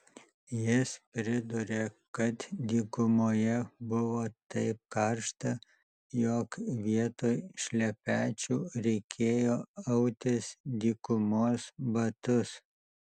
jis priduria kad dykumoje buvo taip karšta jog vietoj šlepečių reikėjo autis dykumos batus